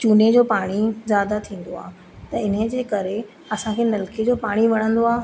चूने जो पाणे जादा थींदो आहे त इनजे करे असाअं खे नलके जो पाणी वणंदो आहे